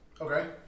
Okay